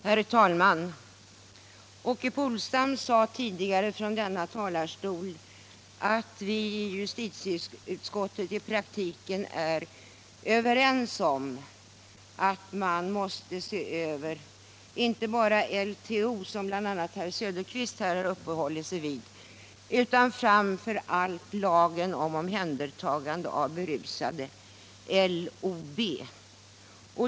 Herr talman! Åke Polstam sade att vi i justitieutskottet i praktiken är överens om att man måste se över inte bara LTO, som Oswald Söderqvist nyss har uppehållit sig vid, utan framför allt lagen om omhändertagande av berusade, LOB.